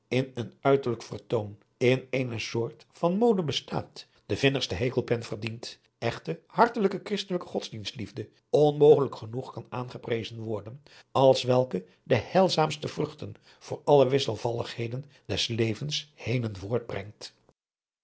in een uiterlijk vertoon in eene soort van mode bestaat de vinnigste hekelpen verdient echte hartelijke christelijke godsdienstliefde onmogelijk genoeg kan aangeprezen worden als welke de heilzaamste vruchten door alle wisselvalligheden des levens henen voortbrengt